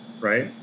right